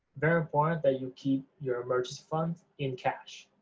very important that you keep your emergency fund in cash.